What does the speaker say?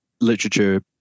literature